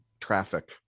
traffic